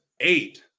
eight